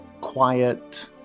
quiet